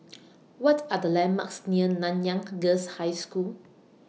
What Are The landmarks near Nanyang Girls' High School